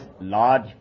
large